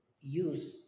use